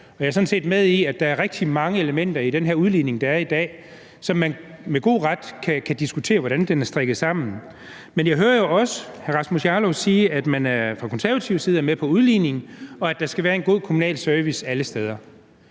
set med på, at der er rigtig mange elementer i den her udligning, der er i dag, som man med god ret kan diskutere hvordan er strikket sammen. Men jeg hører jo også hr. Rasmus Jarlov sige, at man fra konservativ side er med på udligning, og at der skal være en god kommunal service alle steder.